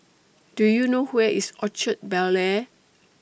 Do YOU know Where IS Orchard Bel Air